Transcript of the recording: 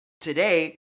Today